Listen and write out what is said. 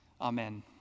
Amen